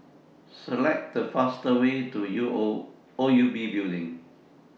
Select The fastest Way to O U B Building